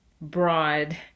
broad